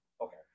Okay